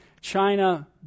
China